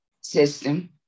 System